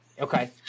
Okay